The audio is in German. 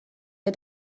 wir